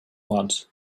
want